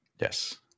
Yes